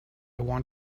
want